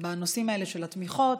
בנושאים האלה של התמיכות,